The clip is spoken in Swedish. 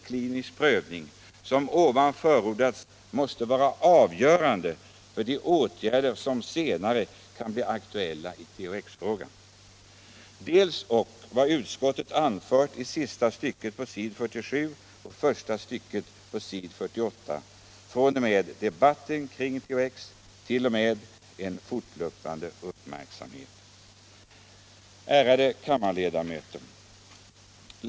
klinisk prövning — som ovan förordats måste vara avgörande för de åtgärder som senare kan bli aktuella i THX-frågan; Ärade kammarledamöter!